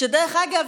שדרך אגב,